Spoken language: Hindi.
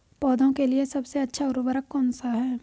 पौधों के लिए सबसे अच्छा उर्वरक कौन सा है?